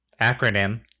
Acronym